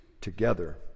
together